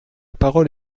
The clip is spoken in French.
parole